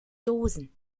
dosen